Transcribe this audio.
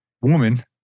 woman